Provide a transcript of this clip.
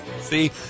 See